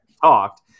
talked